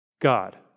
God